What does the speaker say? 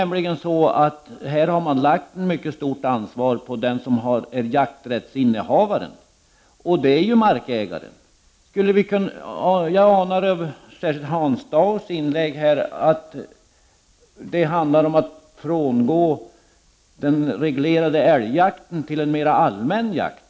Man har här lagt ett mycket stort ansvar på jakträttsinnehavaren, och det är ju markägaren. Jag tyckte mig kunna ana att Hans Dau menade att man skulle övergå från den reglerade älgjakten till en mer allmän jakt.